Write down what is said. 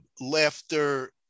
laughter